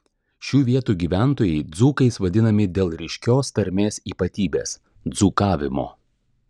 šių vietų gyventojai dzūkais vadinami dėl ryškios tarmės ypatybės dzūkavimo